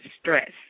stress